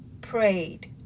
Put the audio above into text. prayed